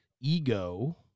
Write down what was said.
ego